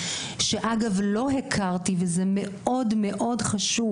שאגב לא הכרתי וזה מאוד מאוד חשוב